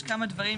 אבל יש כמה דברים